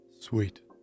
Sweet